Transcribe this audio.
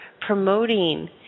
promoting